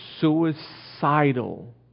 suicidal